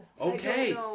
Okay